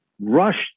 rushed